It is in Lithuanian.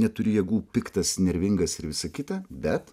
neturiu jėgų piktas nervingas ir visa kita bet